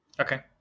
Okay